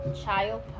child